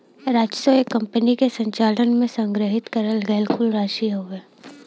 राजस्व एक कंपनी के संचालन में संग्रहित करल गयल कुल राशि हउवे